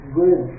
good